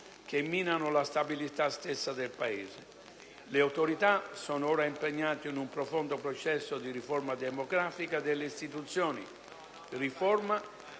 che minano la stabilità stessa del Paese. Le autorità sono ora impegnate in un profondo processo di riforma democratica delle istituzioni.